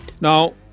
Now